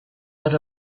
out